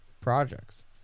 projects